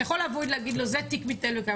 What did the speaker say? אתה יכול לבוא ולהגיד לו 'זה תיק מתנהל וקיים'